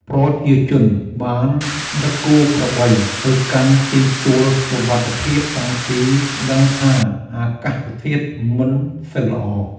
ប្រជាជនបានដឹកគោក្របីទៅកាន់ទីទួលសុវត្ថិភាពតាំងពីដឹងថាអាកាសធាតុមិនសូវល្អ។